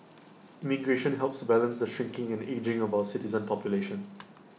immigration helps to balance the shrinking and ageing of our citizen population